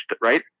Right